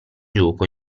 gioco